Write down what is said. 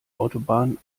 autobahn